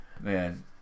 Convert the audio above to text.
man